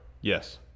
Yes